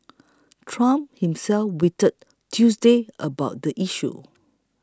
trump himself tweeted Tuesday about the issue